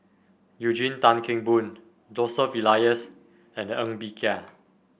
Eugene Tan Kheng Boon Joseph Elias and Ng Bee Kia